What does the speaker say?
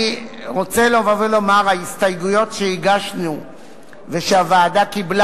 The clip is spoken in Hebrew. אני רוצה לבוא ולומר שההסתייגויות שהגשנו ושהוועדה קיבלה